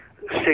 six